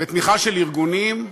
בתמיכה של ארגונים,